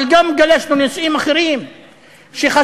אבל גם גלשנו לנושאים אחרים שחשובים